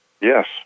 Yes